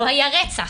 לא היה רצח.